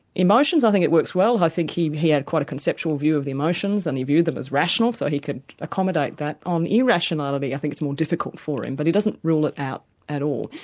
emotions i think it works well, i think he he had quite a conceptual view of the emotions, and he viewed them as rational, so he could accommodate that. on irrationality i think it's more difficult for him, but he doesn't rule it out at all.